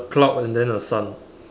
cloud and then a sun